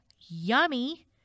yummy